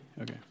Okay